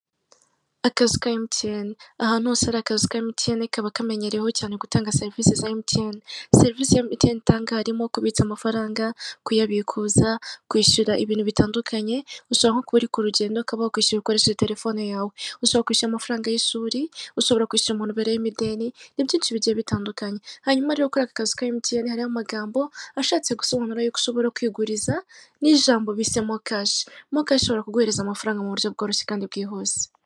Akazu ka Emutiyene, ahantu hose hari akazu ka Emutiyene kaba kamenyerewe cyane gutanga serivisi za Emutiyene. Serivisi Emutiyene itanga harimo kubitsa amafaranga, kuyabikuza, kwishyura ibintu bitandukanye ushobora nko kuba uri ku rugendo ukaba wakwishyura ukoresheje telefone yawe, ushobora kwishyura amafaranga y'ishuri, ushobora kwishyura umuntu ubereyemo ideni ni byinshi bigiye bitandukanye. Hanyuma rero kuri aka kazu ka Emutiyene hariho amagambo ashatse gusobanura y'uko ushobora kuguriza n'ijambo bise mokashi, mokashi ishobora ku kuguhereza amafaranga mu buryo bworoshye kandi bwihuse.